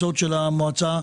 תודה רבה על ההתכנסות,